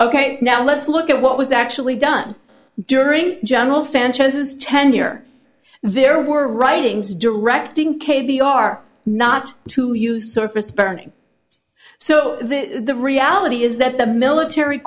ok now let's look at what was actually done during general sanchez's tenure there were writings directing k b r not to use surface burning so the reality is that the military